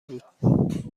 بود